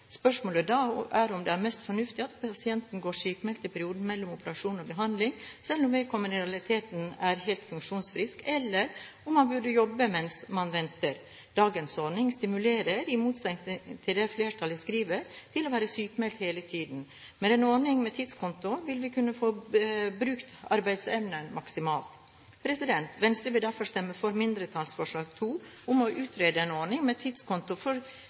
Spørsmålet da er om det er mest fornuftig at pasienten går sykmeldt i perioden mellom operasjon og behandling, selv om vedkommende i realiteten er helt funksjonsfrisk, eller om man burde jobbe mens man venter. Dagens ordning stimulerer til å være sykmeldt hele tiden, i motsetning til det flertallet skriver. Med en ordning med tidskonto ville vi kunne få brukt arbeidsevnen maksimalt. Venstre vil derfor stemme for mindretallsforslag nr. 2 om å utrede en ordning med tidskonto for